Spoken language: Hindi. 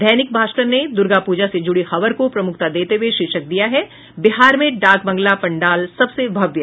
दैनिक भास्कर ने दुर्गा पूजा से जुड़ी खबर को प्रमुखता देते हुये शीर्षक दिया है बिहार में डाकबंगला पंडाल सबसे भव्य